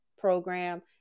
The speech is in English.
Program